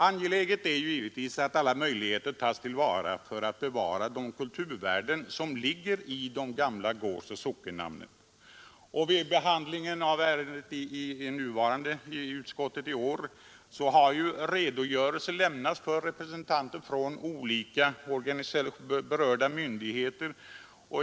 Angeläget är givetvis att alla möjligheter tas till vara för att bevara de kulturvärden som ligger i de gamla gårdsoch sockennamnen. Vid behandlingen av ärendet i utskottet i år har redogörelser lämnats av representanter för berörda myndigheter.